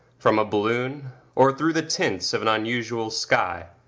from a balloon, or through the tints of an unusual sky.